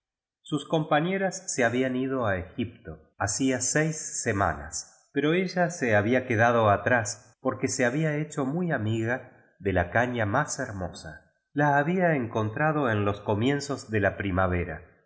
sus compañeras se hablan ido a egipto hacia sels semanas pero ella se habla quedado atrás porque se había hecho muy amiga de la caña más hermosa la habla encontrado en los comienzos de la primavera